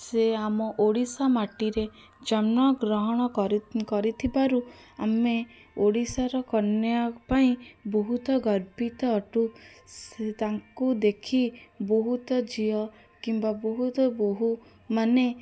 ସେ ଆମ ଓଡ଼ିଶା ମାଟିରେ ଜନ୍ମଗ୍ରହଣ କରି କରିଥିବାରୁ ଆମେ ଓଡ଼ିଶାର କନ୍ୟା ପାଇଁ ବହୁତ ଗର୍ବିତ ଅଟୁ ସ ତାଙ୍କୁ ଦେଖି ବହୁତ ଝିଅ କିମ୍ବା ବହୁତ ବୋହୂମାନେ